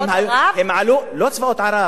אתם יכולים לחזור למקורות.